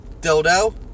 dildo